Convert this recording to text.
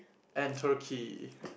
and turkey